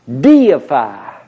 deify